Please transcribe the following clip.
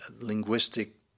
linguistic